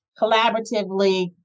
collaboratively